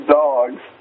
dogs